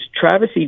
Travis